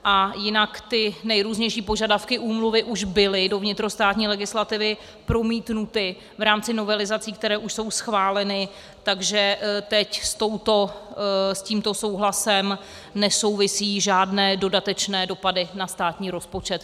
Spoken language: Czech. A jinak ty nejrůznější požadavky úmluvy už byly do vnitrostátní legislativy promítnuty v rámci novelizací, které už jsou schváleny, takže teď s tímto souhlasem nesouvisí žádné dodatečné dopady na státní rozpočet.